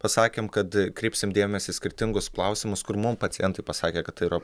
pasakėm kad kreipsim dėmesį į skirtingus klausimus kur mum pacientai pasakė kad tai yra